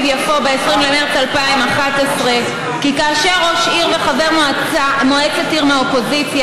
יפו ב-20 במרס 2011 כי כאשר ראש עיר וחבר מועצת עיר מהאופוזיציה,